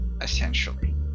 essentially